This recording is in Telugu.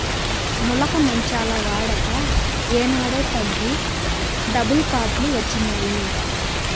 నులక మంచాల వాడక ఏనాడో తగ్గి డబుల్ కాట్ లు వచ్చినాయి